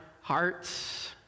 hearts